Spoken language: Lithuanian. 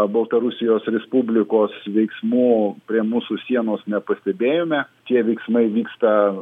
baltarusijos respublikos veiksmų prie mūsų sienos nepastebėjome tie veiksmai vyksta